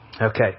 Okay